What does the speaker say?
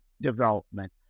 development